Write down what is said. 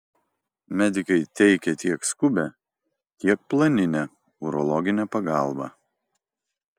medikai teikia tiek skubią tiek planinę urologinę pagalbą